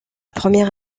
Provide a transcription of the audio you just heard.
première